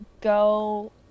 go